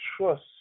trust